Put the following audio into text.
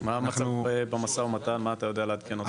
מה אתה יודע לעדכן?